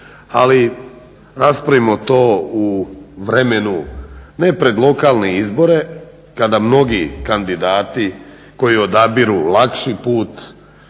ali raspravimo to u vremenu ne pred lokalne izbore kada mnogi kandidati koji odabiru lakši put